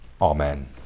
Amen